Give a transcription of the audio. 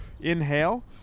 inhale